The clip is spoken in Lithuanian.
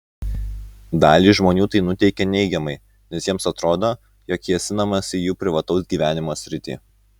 dalį žmonių tai nuteikia neigiamai nes jiems atrodo jog kėsinamasi į jų privataus gyvenimo sritį